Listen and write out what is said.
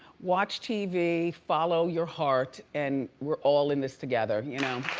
watch tv, follow your heart and we're all in this together. you know